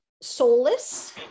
soulless